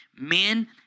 men